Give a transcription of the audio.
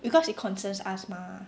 because it concerns us mah